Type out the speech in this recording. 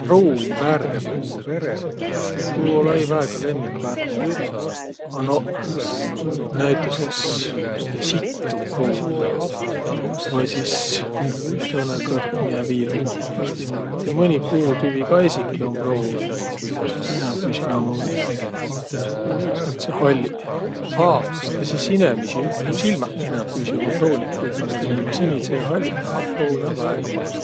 Pruun värm? Tuu olõ-õi väega lemmikvärm mul, a noq, näütüses, ma'i tiiäq, sitt um pruun, vai sis tõõnõkõrd miä viil um? Ma'i tiiäq, mõni puutüvi kah esiki um pruun. Inämbüisi nä ummaq sääntseq halliq. Aa! Ja sis inemiisi õ- silmäq inämbüisi ummaq pruuniq, kuigi meil siin ummaq sinidseq ja halliq, a pruunõ um väega pall'o.